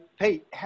Pete